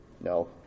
No